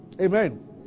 amen